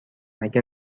مگه